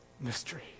mystery